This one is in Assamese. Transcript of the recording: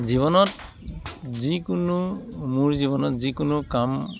জীৱনত যিকোনো মোৰ জীৱনত যিকোনো কাম